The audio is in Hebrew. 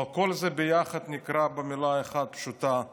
אבל כל זה ביחד נקרא במילה אחת פשוטה "צביעות".